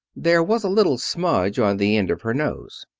there was a little smudge on the end of her nose.